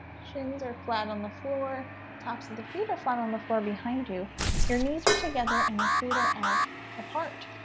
shins are flat on the floor tops of the feet are flat on the floor behind you your knees are together and your feet are out apart.